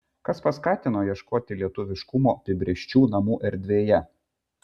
kas paskatino ieškoti lietuviškumo apibrėžčių namų erdvėje